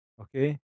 Okay